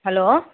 hello